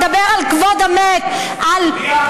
שמדבר על כבוד המת, מי החברים שלי?